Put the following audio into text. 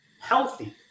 healthy